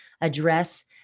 address